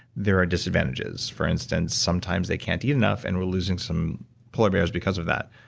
there are disadvantages. for instance, sometimes they can't eat enough and we're losing some polar bears because of that.